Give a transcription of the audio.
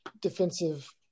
defensive